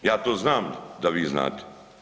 Ja to znam da vi znate.